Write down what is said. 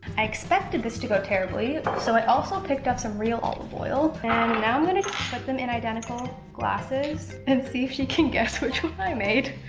expected this to go terribly so i also picked up some real olive oil and now i'm gonna put them in identical glasses and see if she can guess which one i made.